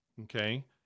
okay